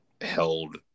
held